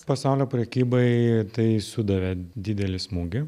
pasaulio prekybai tai sudavė didelį smūgį